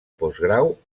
postgrau